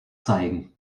zeigen